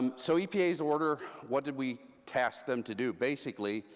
um so epa's order, what did we task them to do? basically,